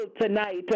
tonight